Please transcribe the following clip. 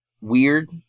weird